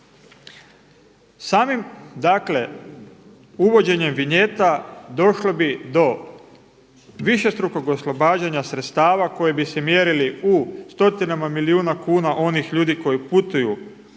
dakle uvođenjem vinjeta došlo bi do višestrukog oslobađanja sredstava koji bi se mjerili u stotinama milijuna kuna onih ljudi koji putuju